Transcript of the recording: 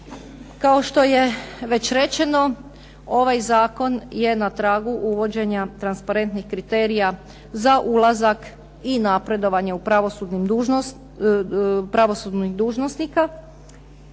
Kao što je već rečeno ovaj zakon je na tragu uvođenja transparentnih kriterija za ulazak i napredovanje u pravosudnih dužnosnika.